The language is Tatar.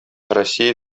россия